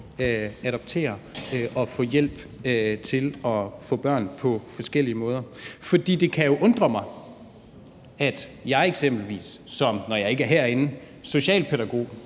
adoptere og få hjælp til at få børn på forskellige måder? For det kan jo undre mig, at jeg eksempelvis, når jeg ikke er herinde, som socialpædagog